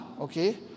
okay